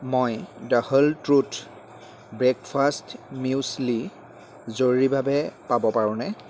মই the whole truth breakfast muesli জৰুৰীভাৱে পাব পাৰোঁনে